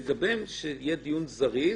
לגביהם שיהיה דיון זריז